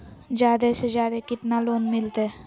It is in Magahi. जादे से जादे कितना लोन मिलते?